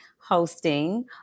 hosting